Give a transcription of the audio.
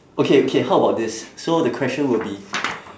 okay okay how about this so the question will be